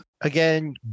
Again